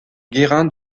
guérin